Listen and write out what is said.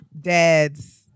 dad's